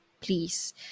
please